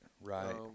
right